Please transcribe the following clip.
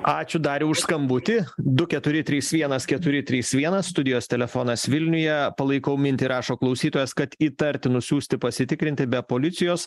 ačiū dariui už skambutį du keturi trys vienas keturi trys vienas studijos telefonas vilniuje palaikau mintį rašo klausytojas kad įtartinus siųsti pasitikrinti be policijos